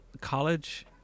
college